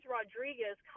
Rodriguez